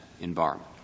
environment